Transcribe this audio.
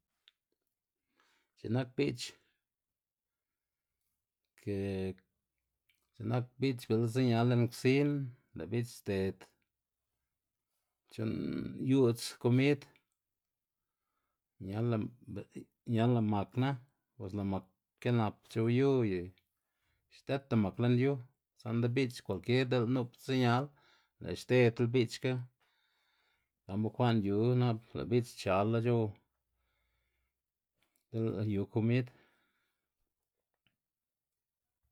X̱i nak bi'ch ke x̱i'k nak biꞌch bë'le siñal lën ksin lë' biꞌch xded c̲h̲u'nn yu'dz komid ñala ñala makna bos lë' mak kenap c̲h̲ow yu y xdedta mak lën yu, sa'nda biꞌch kwalkier di'l nu'p siñal, lë' xdedla biꞌchga gan bukwa'n yu na'p lë' biꞌch xchal- la c̲h̲ow di'l yu komid.